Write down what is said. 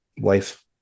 wife